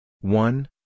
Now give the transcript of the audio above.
one